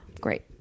Great